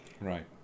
right